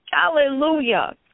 Hallelujah